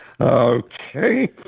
Okay